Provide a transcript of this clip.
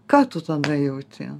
ką tu tada jauti